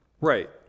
Right